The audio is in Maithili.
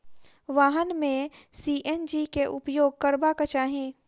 वाहन में सी.एन.जी के उपयोग करबाक चाही